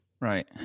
Right